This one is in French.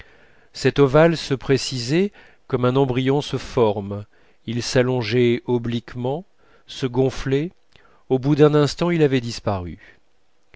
cet ovale se précisait comme un embryon se forme il s'allongeait obliquement se gonflait au bout d'un instant il avait disparu